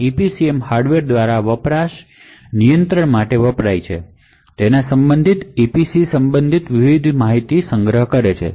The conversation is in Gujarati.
આ EPCM હાર્ડવેર દ્વારા વપરાશ નિયંત્રણ માટે વપરાય છે તે સંબંધિત ઇપીસી સંબંધિત વિવિધ માહિતી સંગ્રહિત કરે છે